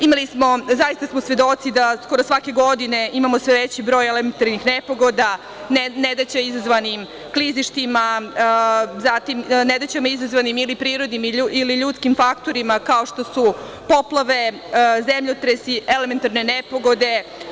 Imali smo, zaista smo svedoci da skoro svake godine imamo sve veći broj elementarnih nepogoda, nedaća izazvanih klizištima, nedaćama izazvanim ili prirodnim ili ljudskim faktorima kao što su poplave, zemljotresi, elementarne nepogode.